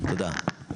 תודה.